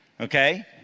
okay